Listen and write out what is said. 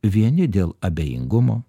vieni dėl abejingumo